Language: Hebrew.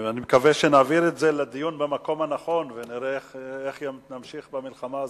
אני מקווה שנעביר את זה לדיון במקום הנכון ונראה איך נמשיך במלחמה הזאת,